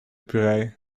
puree